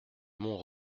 mont